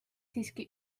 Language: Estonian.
siiski